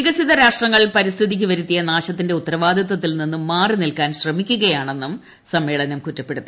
വികസിത രാഷ്ട്രങ്ങൾ പരിസ്ഥിതിക്ക് വരുത്തിയ നാശത്തിന്റെ ഉത്തരവാദിത്തത്തിൽ നിന്നും മാറി നിൽക്കാൻ ശ്രമിക്കുകയാണെന്നും സമ്മേളനം കുറ്റപ്പെടുത്തി